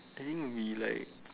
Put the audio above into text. I think would be like